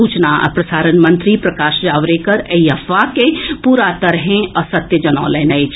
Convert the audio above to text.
सूचना आ प्रसारण मंत्री प्रकाश जावडेकर एहि अफवाह के पूरा तरहे असत्य जनौलनि अछि